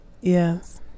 yes